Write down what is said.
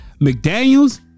McDaniels